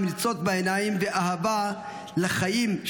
עם ניצוץ בעיניים ואהבה לחיים.